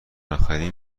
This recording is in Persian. نخریم